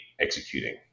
executing